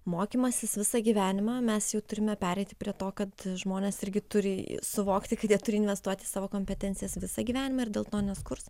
mokymasis visą gyvenimą mes jau turime pereiti prie to kad žmonės irgi turi suvokti kad jie turi investuoti savo kompetencijas visą gyvenimą ir dėl to neskurs